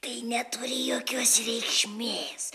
tai neturi jokios reikšmės